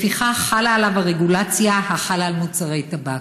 לפיכך, חלה עליו הרגולציה החלה על מוצרי טבק.